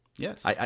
Yes